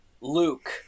Luke